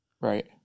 Right